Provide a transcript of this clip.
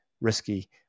risky